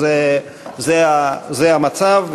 זה המצב,